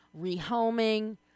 rehoming